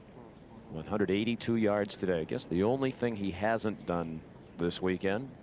one hundred eighty-two yards today. i. guess the only thing he hasn't done this weekend.